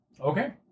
Okay